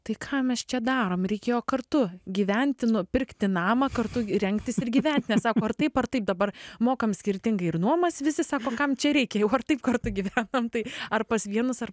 tai ką mes čia darom reikėjo kartu gyventi nupirkti namą kartu rengtis gyvent nes sako ar taip ar taip dabar mokam skirtingai ir nuomas visi sako kam čia reikia jau ar taip kartu gyvenam tai ar pas vienus ar